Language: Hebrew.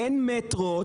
אין מטרו,